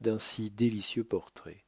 d'un si délicieux portrait